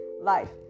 life